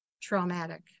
traumatic